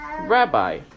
Rabbi